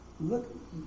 Look